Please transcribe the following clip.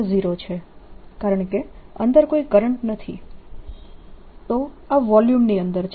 E0 છે કારણકે અંદર કોઈ કરંટ નથી તે આ વોલ્યુમ ની અંદર છે